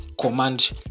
command